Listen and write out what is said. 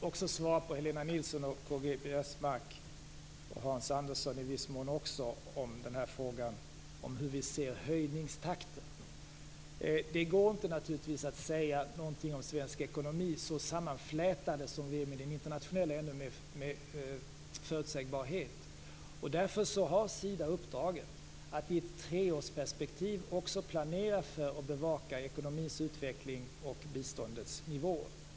Fru talman! Även Helena Nilsson, K-G Biörsmark och Hans Andersson frågade om hur vi ser på höjningstakten. Det går naturligtvis inte med förutsägbarhet att säga någonting om svensk ekonomi eftersom vi är så internationellt sammanflätade. Därför har Sida uppdraget att i ett treårsperspektiv också planera för och bevaka ekonomins utveckling och biståndets nivå.